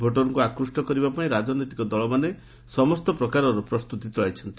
ଭୋଟରଙ୍କୁ ଆକୃଷ୍ଟ କରିବା ପାଇଁ ରାଜନୈତିକ ଦଳମାନେ ସମସ୍ତ ପ୍ରକାର ପ୍ରସ୍ତୁତି ଚଳାଇଛନ୍ତି